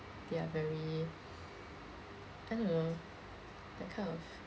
they are very I don't know that kind of